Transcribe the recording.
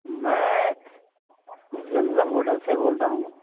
میں Zamzam hotel سے بول رہا ہوں